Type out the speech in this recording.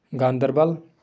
Ganderbal